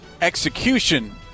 execution